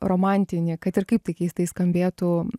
romantinį kad ir kaip tai keistai skambėtų